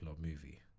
movie